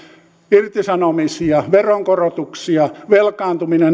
irtisanomisia veronkorotuksia ja velkaantuminen